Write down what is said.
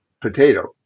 potato